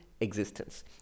existence